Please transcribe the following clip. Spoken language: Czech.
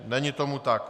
Není tomu tak.